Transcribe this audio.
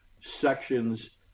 sections